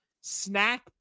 snack